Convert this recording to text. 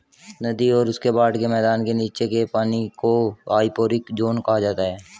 नदी और उसके बाढ़ के मैदान के नीचे के पानी को हाइपोरिक ज़ोन कहा जाता है